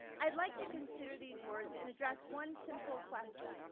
i'd like to consider these words and address one simple question.